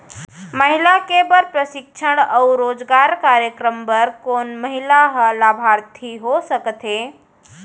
महिला के बर प्रशिक्षण अऊ रोजगार कार्यक्रम बर कोन महिला ह लाभार्थी हो सकथे?